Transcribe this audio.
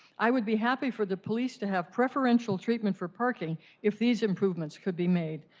i would be happy for the police to have preferential treatment for parking if these improvements could be made.